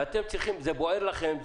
ואתם צריכים זה בוער לכם,